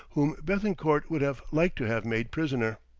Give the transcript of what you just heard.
whom bethencourt would have liked to have made prisoner.